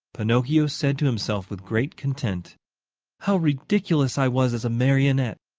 pinocchio said to himself with great content how ridiculous i was as a marionette!